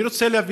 ישראליים),